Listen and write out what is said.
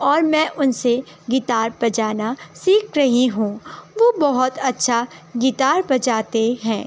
اور میں ان سے گیٹار بجانا سیکھ رہی ہوں وہ بہت اچھا گیٹار بجاتے ہیں